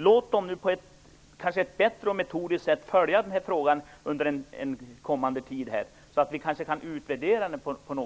Låt oss nu på ett bättre och mer metodiskt sätt följa den här frågan under den kommande tiden så att vi kan utvärdera det hela